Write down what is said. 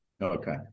Okay